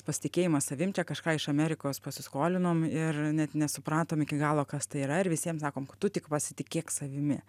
pasitikėjimas savim čia kažką iš amerikos pasiskolinom ir net nesupratom iki galo kas tai yra ir visiem sakom kad tu tik pasitikėk savimi